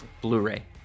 blu-ray